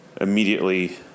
immediately